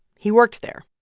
he worked there.